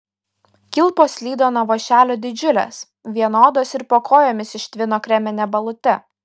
kilpos slydo nuo vąšelio didžiulės vienodos ir po kojomis ištvino kremine balute